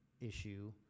issue